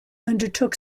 undertook